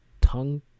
tongue